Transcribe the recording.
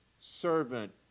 servant